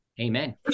Amen